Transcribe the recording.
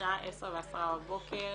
השעה 10:10 בבוקר.